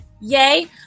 yay